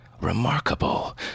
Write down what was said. Remarkable